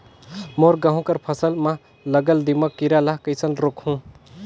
मोर गहूं कर फसल म लगल दीमक कीरा ला कइसन रोकहू?